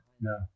no